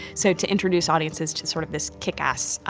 so to introduce audiences to sort of this kick-ass